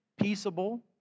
peaceable